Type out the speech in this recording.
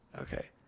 okay